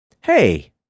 hey